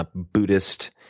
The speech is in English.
ah buddhist,